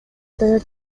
даяр